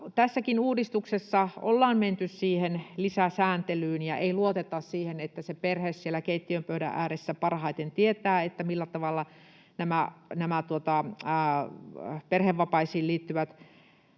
tässäkin uudistuksessa ollaan menty siihen lisäsääntelyyn eikä luoteta siihen, että se perhe siellä keittiön pöydän ääressä parhaiten tietää, millä tavalla nämä perhevapaisiin liittyvät